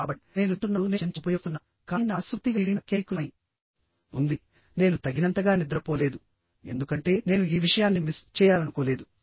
కాబట్టి నేను తింటున్నప్పుడు నేను చెంచా ఉపయోగిస్తున్నాను కానీ నా మనస్సు పూర్తిగా దీని మీద కేంద్రీకృతమై ఉంది నేను తగినంతగా నిద్రపోలేదు ఎందుకంటే నేను ఈ విషయాన్ని మిస్ చేయాలనుకోలేదు